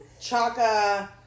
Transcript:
Chaka